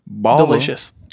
delicious